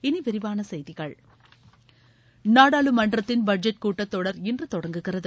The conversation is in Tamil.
இனி விரிவான செய்திகள் நாடாளுமன்றத்தின் பட்ஜெட் கூட்டத்தொடர் இன்று தொடங்குகிறது